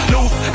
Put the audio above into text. Loose